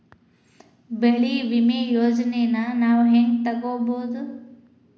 ಬೆಳಿ ವಿಮೆ ಯೋಜನೆನ ನಾವ್ ಹೆಂಗ್ ತೊಗೊಬೋದ್?